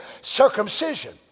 circumcision